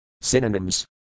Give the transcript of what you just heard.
Synonyms